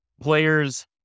players